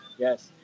Yes